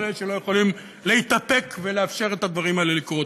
אלה שלא יכולים להתאפק ומאפשרים שהדברים האלה יקרו אצלנו.